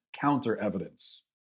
counter-evidence